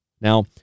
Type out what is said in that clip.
Now